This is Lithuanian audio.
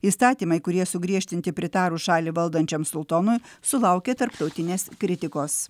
įstatymai kurie sugriežtinti pritarus šalį valdančiam sultonui sulaukė tarptautinės kritikos